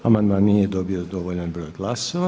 Amandman nije dobio dovoljan broj glasova.